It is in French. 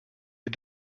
les